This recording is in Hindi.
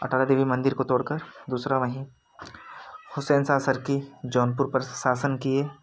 अटाला देवी मंदिर को तोड़कर दूसरा वही हुसैन शाह सरकी जौनपुर पर शासन किए